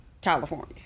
California